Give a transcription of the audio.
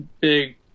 big